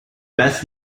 best